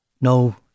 No